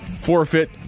forfeit